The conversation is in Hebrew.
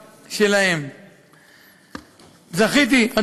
אקרא, אני מבקש, רבותי.